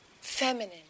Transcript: feminine